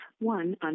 one